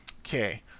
Okay